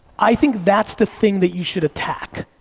i think that's the thing that you should attack.